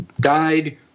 died